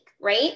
right